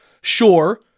sure